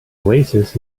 oasis